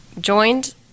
joined